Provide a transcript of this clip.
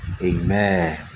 Amen